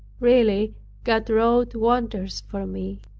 really god wrought wonders for me.